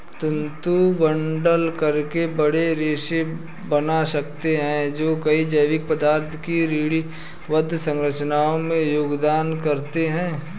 तंतु बंडल करके बड़े रेशे बना सकते हैं जो कई जैविक पदार्थों की श्रेणीबद्ध संरचना में योगदान करते हैं